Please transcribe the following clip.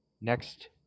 next